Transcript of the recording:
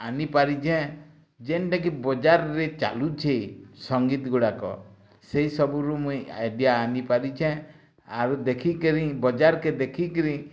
ଆନି ପାରି ଯେ ଯେନ୍ଟାକି ବଜାର୍ ରେ ଚାଲୁଛେ ସଙ୍ଗୀତଗୁଡ଼ାକ ସେଇ ସବୁରୁ ମୁଇଁ ଏବେ ଆନି ପାରିଛେ ଆରୁ ଦେଖି କରି ବଜାର୍କେ ଦେଖିକିରି